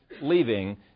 leaving